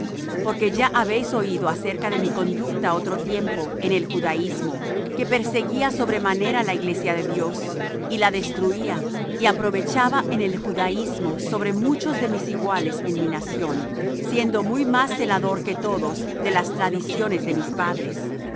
porque ya habéis oído acerca de mi conducta otro tiempo en el judaismo que perseguía sobremanera la iglesia de dios y la destruía y aprovechaba en el judaismo sobre muchos de mis iguales en mi nación siendo muy más celador que todos de las tradiciones de mis padres